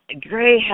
Gray